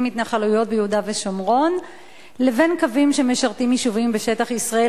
התנחלויות ביהודה ושומרון לבין קווים שמשרתים יישובים בשטח ישראל,